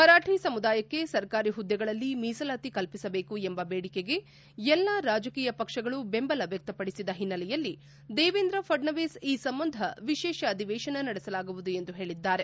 ಮರಾಠಿ ಸಮುದಾಯಕ್ಕೆ ಸರ್ಕಾರಿ ಪುದ್ವೆಗಳಲ್ಲಿ ಮೀಸಲಾತಿ ಕಲ್ಪಿಸಬೇಕು ಎಂಬ ಬೇಡಿಕೆಗೆ ಎಲ್ಲಾ ರಾಜಕೀಯ ಪಕ್ಷಗಳು ಬೆಂಬಲ ವ್ಯಕ್ತಪಡಿಸಿದ ಹಿನ್ನೆಲೆಯಲ್ಲಿ ದೇವೇಂದ್ರ ಫಡ್ನವಿಸ್ ಈ ಸಂಬಂಧ ವಿಶೇಷ ಅಧಿವೇಶ ನಡೆಸಲಾಗುವುದು ಎಂದು ಹೇಳಿದ್ದಾರೆ